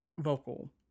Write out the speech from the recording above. vocal